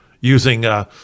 using